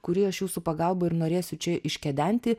kurį aš jūsų pagalba ir norėsiu čia iškedenti